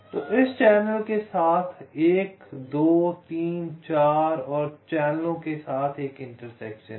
तो इस चैनल के साथ 1 2 3 4 और चैनलों के साथ एक इंटरसेक्शन है